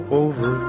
over